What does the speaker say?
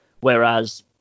whereas